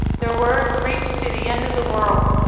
their words reach to the end of the world.